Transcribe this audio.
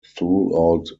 throughout